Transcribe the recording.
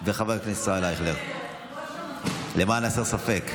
וחבר הכנסת ישראל אייכלר, למען הסר ספק.